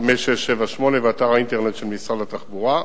5678*, ואתר האינטרנט של משרד התחבורה.